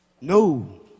No